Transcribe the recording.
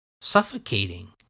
suffocating